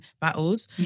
battles